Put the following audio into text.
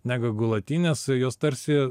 negu galutinės jos tarsi